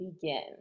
begin